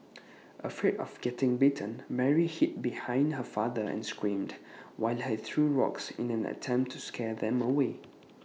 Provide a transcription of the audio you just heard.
afraid of getting bitten Mary hid behind her father and screamed while he threw rocks in an attempt to scare them away